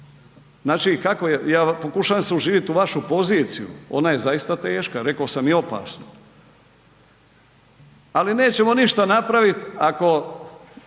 znači, ja pokušavam se uživit u vašu poziciju, ona je zaista teška, reko sam i opasna ali nećemo ništa napravit ako